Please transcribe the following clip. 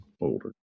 older